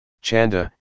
Chanda